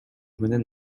менен